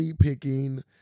picking